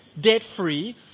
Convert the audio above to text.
debt-free